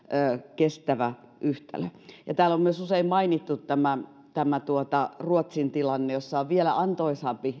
kestävä yhtälö ja täällä on myös usein mainittu tämä tämä ruotsin tilanne jossa on eduiltaan vielä antoisampi